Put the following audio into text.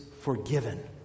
forgiven